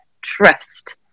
trust